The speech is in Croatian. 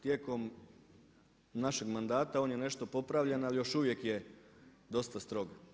Tijekom našeg mandata on je nešto popravljen, ali još uvijek je dosta strog.